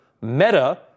Meta